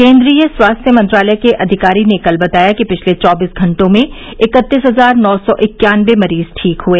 केन्द्रीय स्वास्थ्य मंत्रालय के अधिकारी ने कल बताया कि पिछले चौबीस घंटों में इकत्तीस हजार नौ सौ इक्यानबे मरीज ठीक हुए